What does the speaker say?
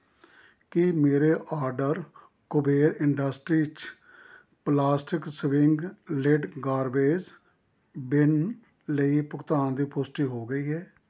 ਕੀ ਮੇਰੇ order Kuber industries plastic swing lid garbage bin ਲਈ ਭੁਗਤਾਨ ਦੀ ਪੁਸ਼ਟੀ ਹੋ ਗਈ ਹੈ